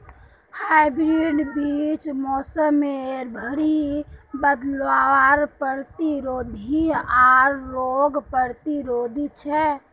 hybrid बीज मोसमेर भरी बदलावर प्रतिरोधी आर रोग प्रतिरोधी छे